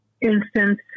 instance